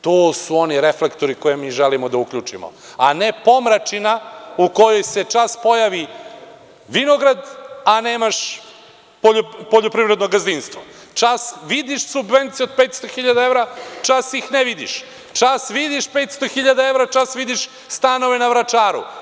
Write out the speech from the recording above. To su oni reflektori koje mi želimo da uključimo, a ne pomračina u kojoj se čas pojavi vinograd, a nemaš poljoprivrednog gazdinstvo, čas vidiš subvenciju od 500 hiljada evra, čas ih ne vidiš, čas vidiš 500 hiljada evra, čas vidiš stanove na Vračaru.